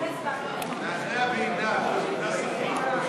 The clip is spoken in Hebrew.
הצעת סיעת העבודה להביע אי-אמון בממשלה לא נתקבלה.